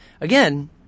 Again